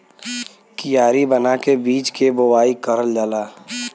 कियारी बना के बीज के बोवाई करल जाला